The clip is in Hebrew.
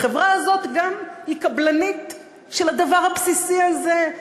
החברה הזאת היא גם קבלנית של הדבר הבסיסי הזה,